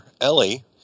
Ellie